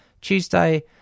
Tuesday